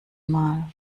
mal